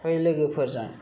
बै लोगोफोरजों